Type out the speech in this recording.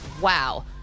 Wow